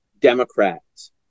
Democrats